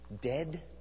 dead